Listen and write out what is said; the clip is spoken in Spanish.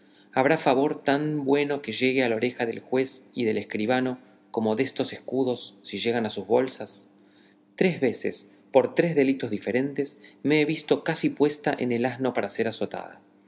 habrá favor tan bueno que llegue a la oreja del juez y del escribano como destos escudos si llegan a sus bolsas tres veces por tres delitos diferentes me he visto casi puesta en el asno para ser azotada